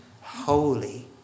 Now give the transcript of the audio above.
holy